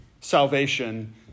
salvation